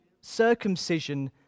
circumcision